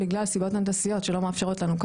בגלל סיבות הנדסיות שלא מאפשרות לנו,